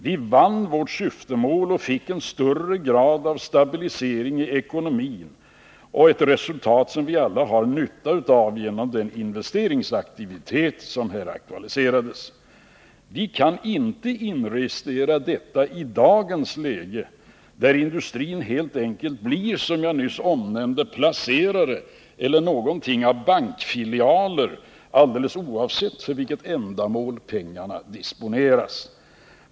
Vi vann vårt syftemål och fick en större grad av stabilisering i ekonomin och ett resultat som vi alla har nytta av genom den investeringsaktivitet som här aktualiserades. Vi kan inte inregistrera detta i dagens läge, där industrin helt enkelt blir, som jag nyss omnämnde, placerare eller någonting av bankfilialer, alldeles oavsett för vilket ändamål pengarna disponeras.